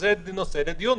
זה נושא לדיון,